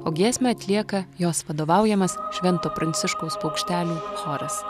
o giesmę atlieka jos vadovaujamas švento pranciškaus paukštelių choras